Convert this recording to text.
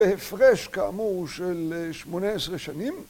והפרש כאמור של שמונה עשרה שנים.